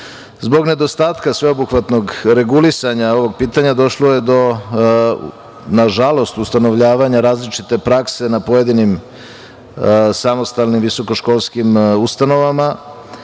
nedostatka sveobuhvatnog regulisanja ovog pitanja došlo je, nažalost do ustanovljavanja različite prakse na pojedinim samostalnim visokoškolskim ustanovama,